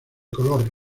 color